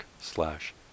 slash